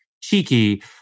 cheeky